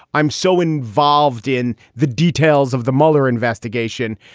i'm so involved in the details of the mueller investigation.